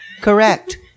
Correct